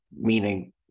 meaning